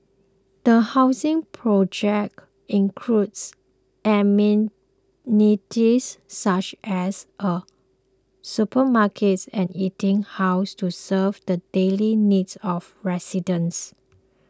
the housing project includes amenities such as a supermarkets and eating house to serve the daily needs of residents